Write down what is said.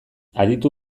aditu